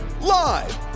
Live